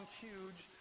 huge